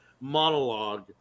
Monologue